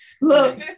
look